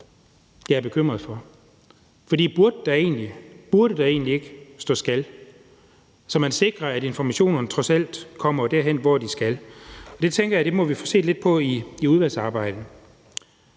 jeg er bekymret for. For burde der egentlig ikke stå »skal«, så man sikrer, at informationerne trods alt kommer derhen, hvor de skal? Det tænker jeg vi må få set lidt på i udvalgsarbejdet.